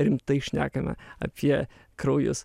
rimtai šnekame apie kraujus